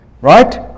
right